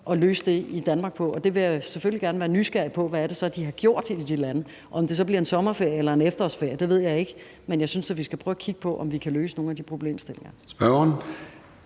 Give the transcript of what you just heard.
at løse det i Danmark. Og jeg vil selvfølgelig gerne være nysgerrig på, hvad det så er, de har gjort i de lande. Om det så bliver en sommerferie eller en efterårsferie, ved jeg ikke. Men jeg synes da, vi skal prøve at kigge på, om vi kan løse nogle af de problemstillinger. Kl.